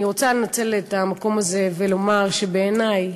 אני רוצה לנצל את המקום הזה ולומר שבעיני,